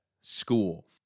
school